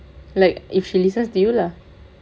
like if she listens to you lah